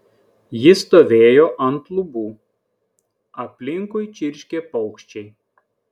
ji stovėjo ant lubų aplinkui čirškė paukščiai